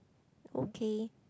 okay